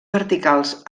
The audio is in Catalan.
verticals